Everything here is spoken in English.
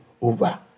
over